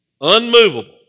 Unmovable